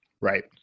Right